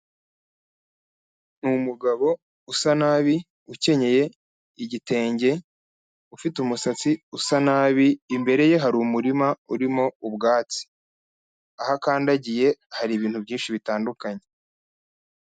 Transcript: Ni umugabo usa nabi ukenyeye igitenge ufite umusatsi usa nabi, imbere ye hari umurima urimo ubwatsi, aho akandagiye hari ibintu byinshi bitandukanye.